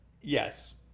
Yes